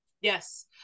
Yes